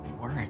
work